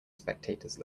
spectators